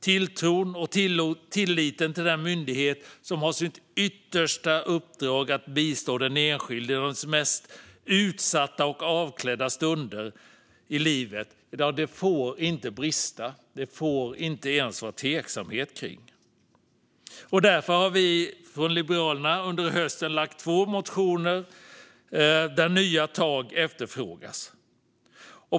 Tilltron och tilliten till den myndighet som har som yttersta uppdrag att bistå den enskilde i dennes mest utsatta och avklädda stunder i livet får inte brista. Det får inte ens finnas tveksamheter. Därför har vi från Liberalerna under hösten väckt två motioner där nya tag efterfrågas.